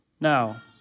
Now